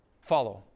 follow